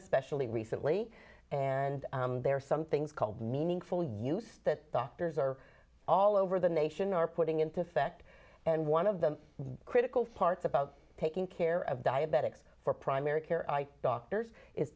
especially recently and there are some things called meaningful use that doctors are all over the nation are putting into effect and one of the critical parts about taking care of diabetics for primary care doctors is